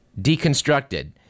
Deconstructed